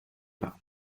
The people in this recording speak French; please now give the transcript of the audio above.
bains